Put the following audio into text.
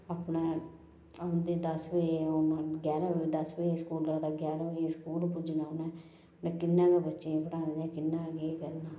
अपना औंदे दस बजे औना ग्यारह् दस बजे स्कूल लगदा ग्यारह् स्कूल पुज्जना उनें ते किन्ना गै बच्चें गी पढ़ाना ते किन्नै गै केह् करना